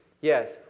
Yes